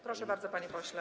Proszę bardzo, panie pośle.